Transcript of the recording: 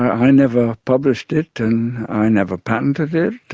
i never published it and i never patented it,